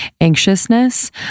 anxiousness